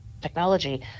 technology